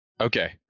Okay